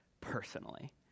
personally